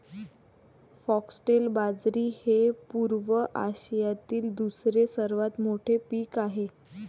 foxtail बाजरी हे पूर्व आशियातील दुसरे सर्वात मोठे पीक आहे